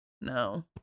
No